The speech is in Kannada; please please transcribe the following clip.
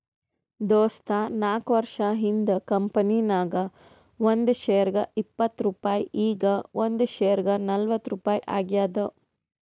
ದೋಸ್ತ ನಾಕ್ವರ್ಷ ಹಿಂದ್ ಕಂಪನಿ ನಾಗ್ ಒಂದ್ ಶೇರ್ಗ ಇಪ್ಪತ್ ರುಪಾಯಿ ಈಗ್ ಒಂದ್ ಶೇರ್ಗ ನಲ್ವತ್ ರುಪಾಯಿ ಆಗ್ಯಾದ್